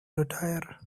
retire